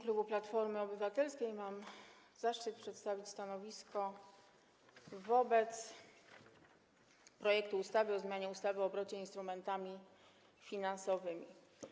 W imieniu klubu Platformy Obywatelskiej mam zaszczyt przedstawić stanowisko wobec projektu ustawy o zmianie ustawy o obrocie instrumentami finansowymi.